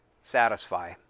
satisfy